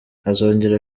azongera